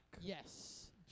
Yes